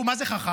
מה זה חכם?